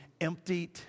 emptied